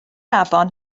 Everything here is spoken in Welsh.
afon